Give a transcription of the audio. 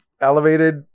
elevated